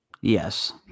Yes